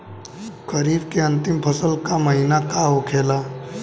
खरीफ के अंतिम फसल का महीना का होखेला?